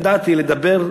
ידעתי לדבר,